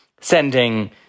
sending